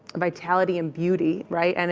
vitality and beauty right? and